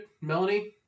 Melanie